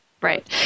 Right